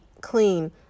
clean